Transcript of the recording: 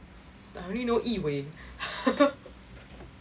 I only know yi wei